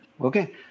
Okay